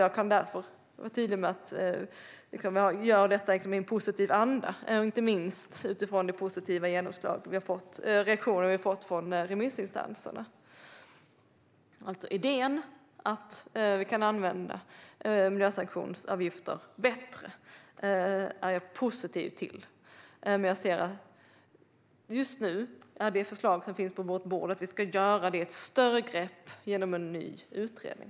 Jag kan därför vara tydlig med att vi gör detta i en positiv anda, inte minst utifrån de positiva reaktioner vi har fått från remissinstanserna. Jag är positiv till idén att vi kan använda miljösanktionsavgifter bättre, men just nu är det förslag som finns på vårt bord att vi ska göra detta i ett större grepp genom en ny utredning.